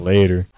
Later